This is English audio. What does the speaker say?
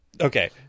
Okay